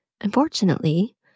Unfortunately